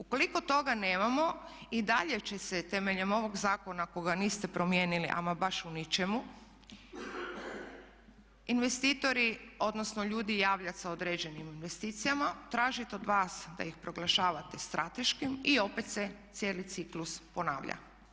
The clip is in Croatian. Ukoliko toga nemamo i dalje će se temeljem ovoga zakona kojega niste promijenili ama baš u ničemu investitori odnosno ljudi javljati sa određenim investicijama, tražiti od vas da ih proglašavate strateškim i opet se cijeli ciklus ponavlja.